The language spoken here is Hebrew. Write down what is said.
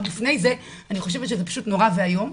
עוד לפני זה אני חושבת שזה פשוט נורא ואיום.